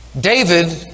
David